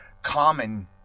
common